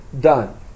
done